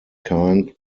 kind